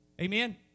Amen